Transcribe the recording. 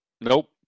Nope